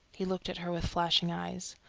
he looked at her with flashing eyes.